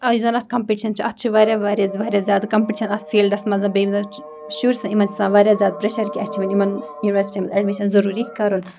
آ یُس زَن اَتھ کَمپِٹِشَن چھِ اَتھ چھِ واریاہ واریاہ زیادٕ واریاہ زیادٕ کَمپِٹِشَن اَتھ فیٖلڈَس منٛز بیٚیہِ یِم زَن شُرۍ چھِ آسان یِمَن چھِ آسان واریاہ زیادٕ پرٛٮ۪شَر کہِ اَسہِ چھِ وۄنۍ یِمَن یوٗنیؤرسِٹی یَن منٛز اٮ۪ڈمِشَن ضٔروٗری کَرُن